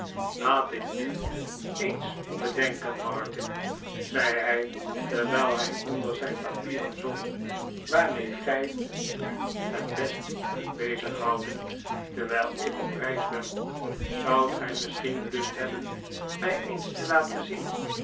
laat ik nu eens bedenken martin zei hij terwijl hij onder zijn papieren zocht waarmee gij u het best kunt bezighouden terwijl ik op reis ben zoudt gij misschien lust hebben mij eens te laten zien